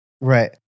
right